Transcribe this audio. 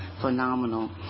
phenomenal